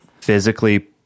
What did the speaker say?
Physically